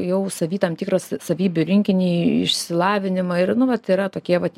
jau savy tam tikros sa savybių rinkinį išsilavinimą ir nuolat yra tokie vat